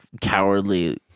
cowardly